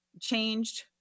changed